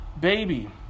baby